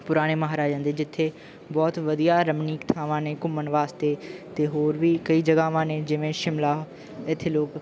ਪੁਰਾਣੇ ਮਹਾਰਾਜਿਆਂ ਦੇ ਜਿੱਥੇ ਬਹੁਤ ਵਧੀਆ ਰਮਣੀਕ ਥਾਵਾਂ ਨੇ ਘੁੰਮਣ ਵਾਸਤੇ ਅਤੇ ਹੋਰ ਵੀ ਕਈ ਜਗ੍ਹਾਵਾਂ ਨੇ ਜਿਵੇਂ ਸ਼ਿਮਲਾ ਇੱਥੇ ਲੋਕ